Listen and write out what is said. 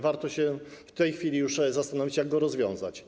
Warto się w tej chwili już zastanowić, jak go rozwiązać.